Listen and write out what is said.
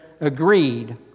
agreed